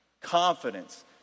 Confidence